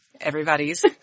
everybody's